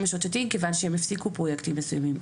משוטטים כיוון שהם הפסיקו פרויקטים מסוימים.